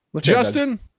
Justin